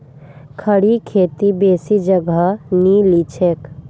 खड़ी खेती बेसी जगह नी लिछेक